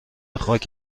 خاک